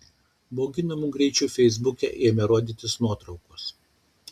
bauginamu greičiu feisbuke ėmė rodytis nuotraukos